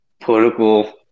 political